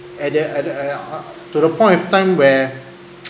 at the at the eh ah to the point of time where